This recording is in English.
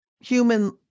human